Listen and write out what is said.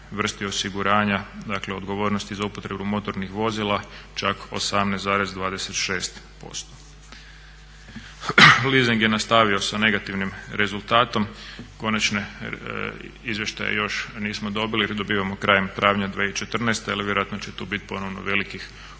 vrsti osiguranja dakle odgovornosti za upotrebu motornih vozila čak 18,26%. Leasing je nastavio sa negativnim rezultatom. Konačne izvještaje još nismo dobili jer dobivamo krajem travnja 2014., ali vjerojatno će tu biti ponovno velikih otpisa